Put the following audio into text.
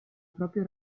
proprio